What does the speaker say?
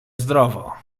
zdrowo